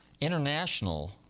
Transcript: International